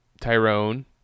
tyrone